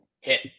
hit